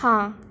ਹਾਂ